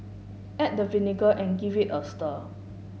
add the vinegar and give it a stir